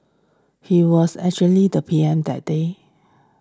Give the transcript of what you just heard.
he was actually the P M that day